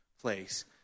place